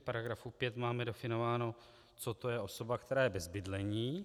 V § 5 máme definováno, co to je osoba, která je bez bydlení.